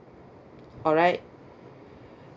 alright